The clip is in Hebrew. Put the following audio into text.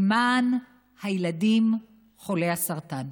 למען הילדים חולי הסרטן.